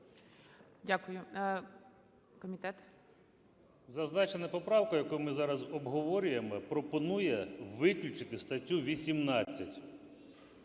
О.В. Зазначена поправка, яку ми зараз обговорюємо, пропонує виключити статтю 18.